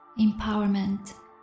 empowerment